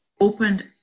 opened